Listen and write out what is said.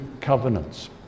covenants